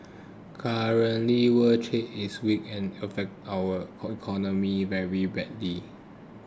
currently world trade is weak and has affected our economy very badly